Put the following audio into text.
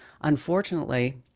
unfortunately